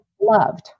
loved